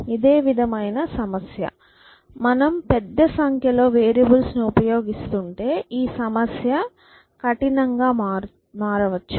ఇదే విధమైన సమస్య మనం పెద్ద సంఖ్యలో వేరియబుల్ లను ఉపయోగిస్తుంటే ఈ సమస్య కఠినంగా మారవచ్చు